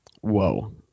whoa